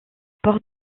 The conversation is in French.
portes